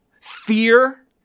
fear